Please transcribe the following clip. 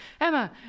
Emma